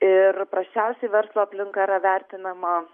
ir prasčiausiai verslo aplinka yra vertinama